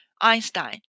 Einstein